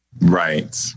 Right